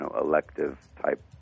elective-type